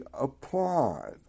applied